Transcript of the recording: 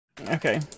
Okay